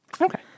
okay